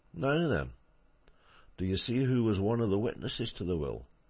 now, then do you see who was one of the witnesses to the will?